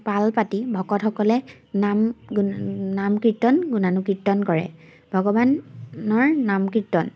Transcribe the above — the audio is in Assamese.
পাল পাতি ভকতসকলে নাম গুণ নাম কীৰ্তন গুণানুকীৰ্তন কৰে ভগৱানৰ নাম কীৰ্তন